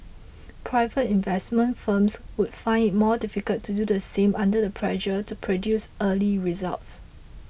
private investment firms would find it more difficult to do the same under the pressure to produce early results